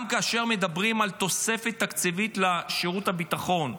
גם כאשר מדברים על תוספת תקציבית לשירות הביטחון,